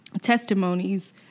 testimonies